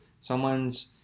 someone's